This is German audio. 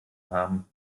haben